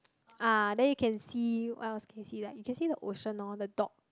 ah then you can see what else can you see like you can see the ocean loh the dock